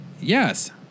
Yes